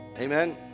Amen